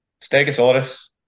Stegosaurus